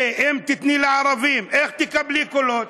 אם תיתני לערבים, איך תקבלי קולות?